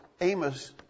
Amos